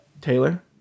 Taylor